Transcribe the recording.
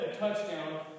Touchdown